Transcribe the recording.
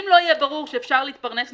אם לא יהיה ברור שאפשר להתפרנס מחקלאות,